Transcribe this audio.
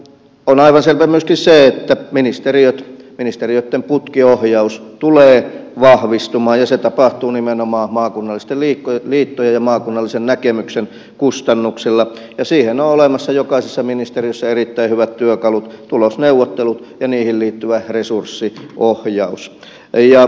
on aivan selvä myöskin se että ministeriöt ministeriöitten putkiohjaus tulee vahvistumaan ja se tapahtuu nimenomaan maakunnallisten liittojen ja maakunnallisen näkemyksen kustannuksella ja siihen on olemassa jokaisessa ministeriössä erittäin hyvät työkalut tulosneuvottelut ja niihin liittyvä resurssiohjaus